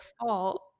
fault